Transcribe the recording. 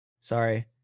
Sorry